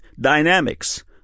Dynamics